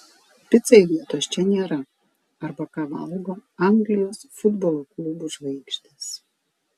picai vietos čia nėra arba ką valgo anglijos futbolo klubų žvaigždės